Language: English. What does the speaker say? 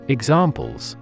Examples